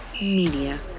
Media